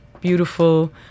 beautiful